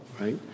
right